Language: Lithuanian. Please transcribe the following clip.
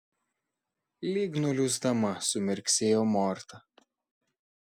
lyg nuliūsdama sumirksėjo morta